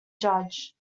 judge